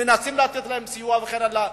מנסים לתת להם סיוע וכן הלאה.